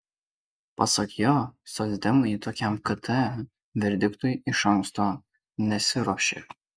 pasak jo socdemai tokiam kt verdiktui iš anksto nesiruošė